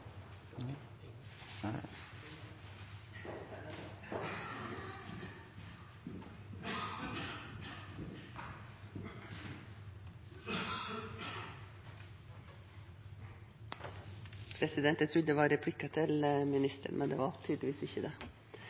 Jeg trodde det var replikker til ministeren, men det var tydeligvis ikke